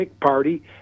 Party